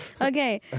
Okay